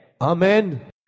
Amen